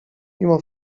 mimo